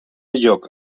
lloc